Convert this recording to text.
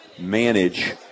manage